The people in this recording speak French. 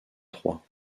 trois